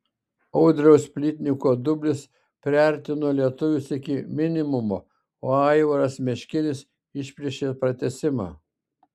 audriaus plytniko dublis priartino lietuvius iki minimumo o aivaras meškinis išplėšė pratęsimą